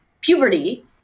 puberty